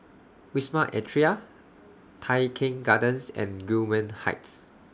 Wisma Atria Tai Keng Gardens and Gillman Heights